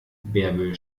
bärbel